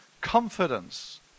confidence